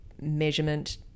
measurement